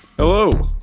Hello